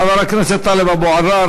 חבר הכנסת טלב אבו עראר,